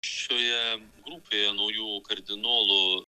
šioje grupėje naujų kardinolų